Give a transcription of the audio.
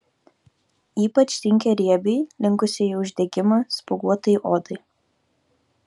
ypač tinka riebiai linkusiai į uždegimą spuoguotai odai